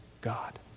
God